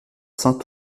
saint